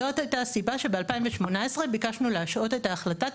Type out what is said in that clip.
זאת הייתה הסיבה שב-2018 ביקשנו להשהות את ההחלטה,